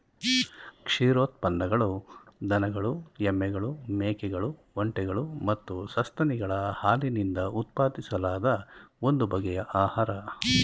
ಕ್ಷೀರೋತ್ಪನ್ನಗಳು ದನಗಳು ಎಮ್ಮೆಗಳು ಮೇಕೆಗಳು ಒಂಟೆಗಳು ಮತ್ತು ಸಸ್ತನಿಗಳ ಹಾಲಿನಿಂದ ಉತ್ಪಾದಿಸಲಾದ ಒಂದು ಬಗೆಯ ಆಹಾರ